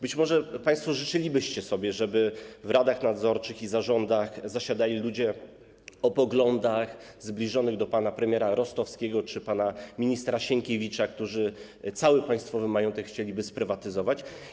Być może państwo życzylibyście sobie, żeby w radach nadzorczych i zarządach zasiadali ludzie o poglądach zbliżonych do poglądów pana premiera Rostowskiego czy pana ministra Sienkiewicza, którzy cały państwowy majątek chcieliby sprywatyzować.